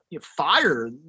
fire